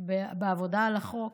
בעבודה על החוק